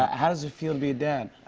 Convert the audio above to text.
how does it feel to be a dad?